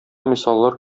мисаллар